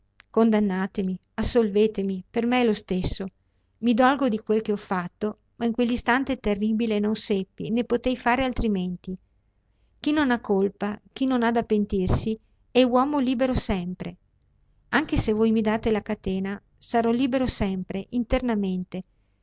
che volete condannatemi assolvetemi per me è lo stesso i dolgo di quel che ho fatto ma in quell'istante terribile non seppi né potei fare altrimenti chi non ha colpa chi non ha da pentirsi è uomo libero sempre anche se voi mi date la catena sarò libero sempre internamente